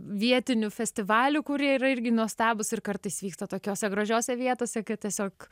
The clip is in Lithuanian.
vietinių festivalių kurie yra irgi nuostabūs ir kartais vyksta tokiose gražiose vietose kad tiesiog